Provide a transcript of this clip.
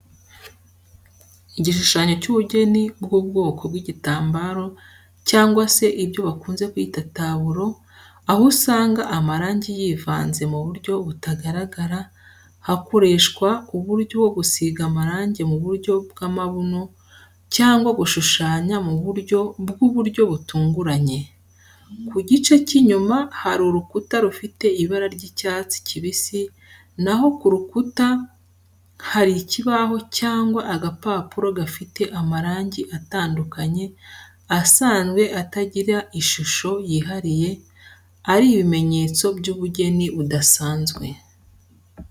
Igishushanyo cy'ubugeni bw'ubwoko bw'igitambaro cyangwa se ibyo bakunze kwita taburo, aho usanga amarangi yivanze mu buryo butagaragara hakoreshwa uburyo bwo gusiga amarangi mu buryo bw'amabuno cyangwa gushushanya mu buryo bw'uburyo butunguranye. Ku gice cy'inyuma hari urukuta rufite ibara ry'icyatsi kibisi naho ku rukuta hari ikibaho cyangwa agapapuro gafite amarangi atandukanye asanzwe atagira ishusho yihariye, ari ibimenyetso by'ubugeni budasanzwe.